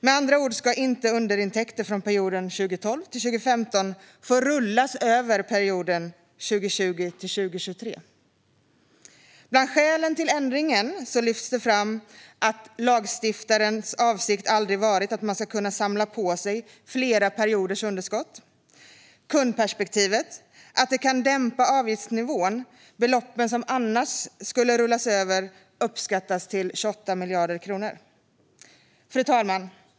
Med andra ord ska inte underintäkter från perioden 2012-2015 få rullas över till perioden 2020-2023. Bland skälen till ändringen lyfts fram att lagstiftarens avsikt aldrig varit att man ska kunna samla på sig flera perioders underskott. Även kundperspektivet lyfts fram, att det kan dämpa avgiftsnivån. Beloppen som annars skulle rullas över uppskattas till 28 miljarder kronor. Fru talman!